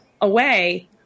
away